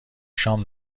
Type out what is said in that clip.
شام